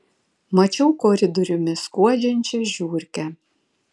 mačiau koridoriumi skuodžiančią žiurkę